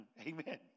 Amen